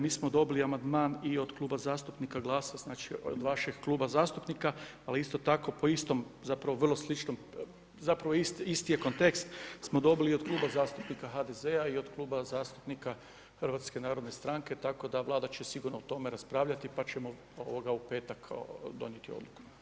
Mi smo dobili amandman i od Kluba zastupnika GLAS-a, znači od vašeg kluba zastupnika, ali isto tako po istom, zapravo vrlo sličnom, zapravo isti je kontekst, smo dobili i od Kluba zastupnika HDZ-a i od Kluba zastupnika HNS-a, tako da Vlada će sigurno o tome raspravljati, pa ćemo u petak donijeti odluku.